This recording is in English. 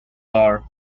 bar